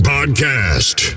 Podcast